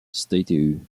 statue